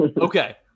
okay